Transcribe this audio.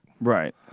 Right